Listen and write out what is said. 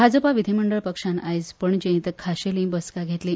भाजपा विधीमंडळ पक्षान आयज पणजेंत खाशेली बसका घेतली